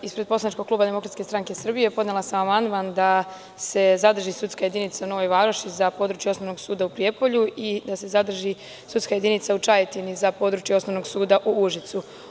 Ispred poslaničkog kluba DSS podnela sam amandman da se zadrži sudska jedinica u Novoj Varoši, za područje Osnovnog suda u Prijepolju i da se zadrži sudska jedinica u Čajetini, za područje Osnovnog suda u Užicu.